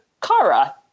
Kara